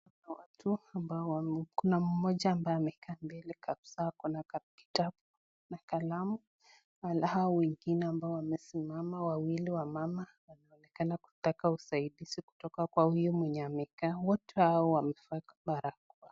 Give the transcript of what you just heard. Watu ambao kuna mmoja ambaye amekalia mbele kabisaa. Ako na kitabu na kalamu mahali hao wengine wamesimama, wawili wamama wanaonekana kutaka usaidizi kutoka kwa huyo mwenye amekaa. Wote hao wamevaa barakoa.